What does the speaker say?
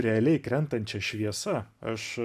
realiai krentančia šviesa aš